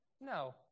No